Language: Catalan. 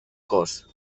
cost